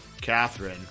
Catherine